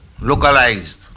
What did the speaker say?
localized